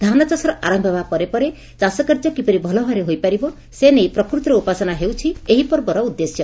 ଧାନଚାଷର ଆର ଚାଷ କାର୍ଯ୍ୟ କିପରି ଭଲ ଭାବରେ ହୋଇପାରିବ ସେ ନେଇ ପ୍ରକୃତିର ଉପାସନା ହେଉଛି ଏହି ପର୍ବର ଉଦ୍ଦେଶ୍ୟ